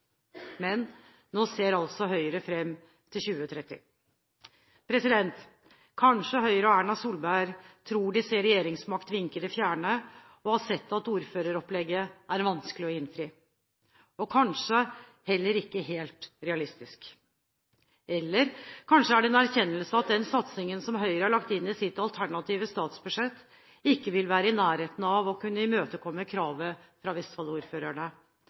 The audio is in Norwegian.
Men nå ser Høyre altså fram til 2030. Kanskje Høyre og Erna Solberg tror de ser regjeringsmakt vinke i det fjerne, og har sett at ordføreropplegget er vanskelig å innfri – og kanskje heller ikke helt realistisk – eller kanskje er det en erkjennelse av at den satsingen som Høyre har lagt inn i sitt alternative statsbudsjett, ikke vil være i nærheten av å kunne imøtekomme kravet fra